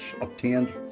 obtained